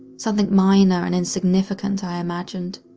something minor and insignificant i imagined.